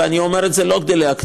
ואני אומר את זה לא כדי להקניט,